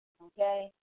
Okay